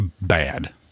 bad